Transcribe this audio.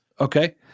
Okay